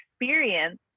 experience